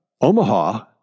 Omaha